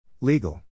Legal